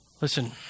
Listen